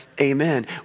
amen